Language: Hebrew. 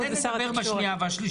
כן, על זה נדבר בשנייה והשלישית.